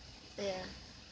ya